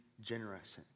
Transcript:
generous